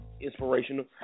inspirational